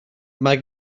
mae